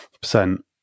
percent